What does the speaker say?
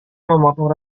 memotong